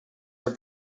her